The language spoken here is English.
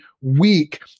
weak